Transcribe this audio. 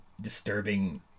disturbing